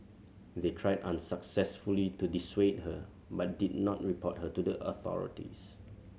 they tried unsuccessfully to dissuade her but did not report her to the authorities